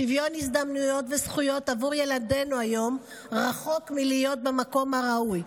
שוויון הזדמנויות וזכויות עבור ילדינו גם היום רחוק מלהיות במקום הראוי.